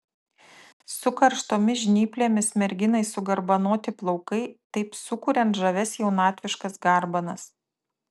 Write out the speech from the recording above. su karštomis žnyplėmis merginai sugarbanoti plaukai taip sukuriant žavias jaunatviškas garbanas